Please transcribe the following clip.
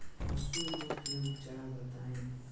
पशु रोग के उपचार बताई?